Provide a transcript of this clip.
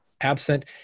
absent